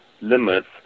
limits